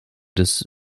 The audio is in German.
des